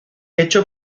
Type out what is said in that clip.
hecho